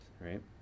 right